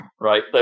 right